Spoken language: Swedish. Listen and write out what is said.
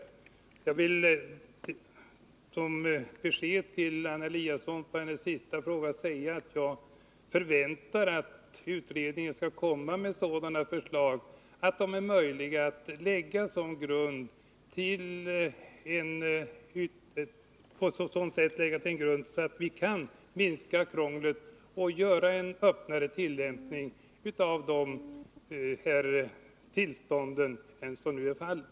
Jag vill som besked till Anna Eliasson, när det gäller hennes senaste fråga, säga att jag förväntar att utredningen skall komma med förslag som är möjliga att lägga som grund på ett sådant sätt att vi kan minska krånglet och ha en öppnare tillämpning av de här tillstånden än som nu är fallet.